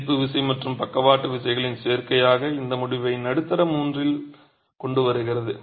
ஈர்ப்பு விசை மற்றும் பக்கவாட்டு விசைகளின் சேர்க்கைக்காக இந்த முடிவை நடுத்தர மூன்றில் கொண்டு வருகிறது